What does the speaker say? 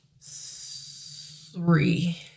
Three